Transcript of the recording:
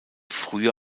frühe